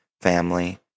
family